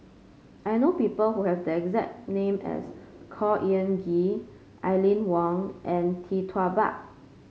I know people who have the exact name as Khor Ean Ghee Aline Wong and Tee Tua Ba